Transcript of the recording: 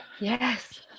Yes